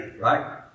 Right